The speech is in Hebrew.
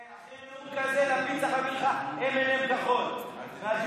אחרי נאום כזה לפיד צריך להביא לך M&M כחול מהדיוטי.